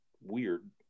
weird